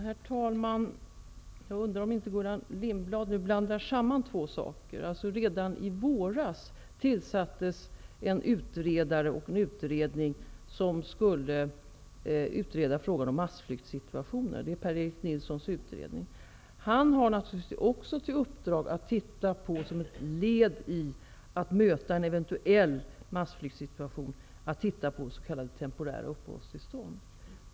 Herr talman! Jag undrar om inte Gullan Lindblad blandar samman två saker. Redan i våras tillsattes en utredning under Per-Erik Nilssons ledning, som skulle arbeta med frågan om massflyktssituationer. Som ett led i att möta en eventuell massflyktssituation har Per-Erik Nilsson också till uppgift att se på frågan om temporära uppehållstillstånd.